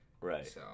Right